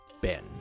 Ben